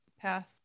path